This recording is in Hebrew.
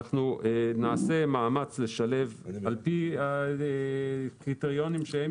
נעשה מאמץ לשלב על פי הקריטריונים שהם